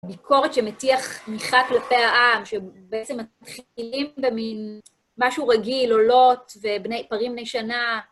ביקורת שמטיח מיכה כלפי העם, שבעצם מתחילים במין משהו רגיל, עולות, ובני פרים בני שנה.